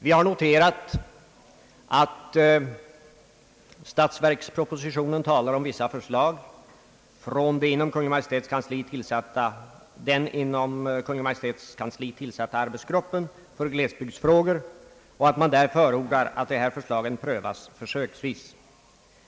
Vi har noterat att statsverkspropositionen talar om vissa förslag från den inom Kungl. Maj:ts kansli tillsatta arbetsgruppen för glesbygdsfrågor och att man där förordar att dess förslag prövas försöksvis.